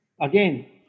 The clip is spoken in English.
Again